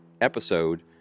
episode